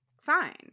fine